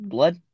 Blood